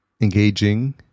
engaging